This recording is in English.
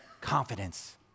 confidence